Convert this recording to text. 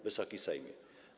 Wysoki Sejmie!